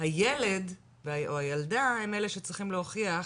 הילד או הילדה הם אלה שצריכים להוכיח